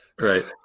Right